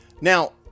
Now